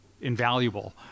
invaluable